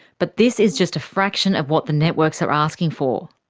but this is just a fraction of what the networks are asking for.